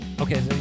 Okay